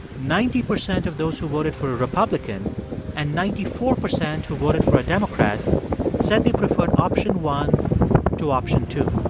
ninety percent of those who voted for a republican and ninety four percent who voted for a democrat said they preferred option one to option two.